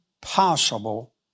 possible